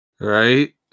right